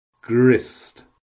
Grist